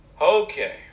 Okay